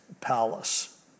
palace